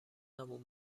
نبود